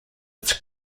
its